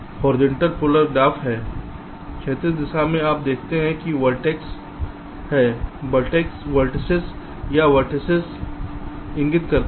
क्षैतिज दिशा में आप देखते हैं कि ये वर्टेक्स हैं वेर्तिसेस क्या वेर्तिसेस इंगित करता है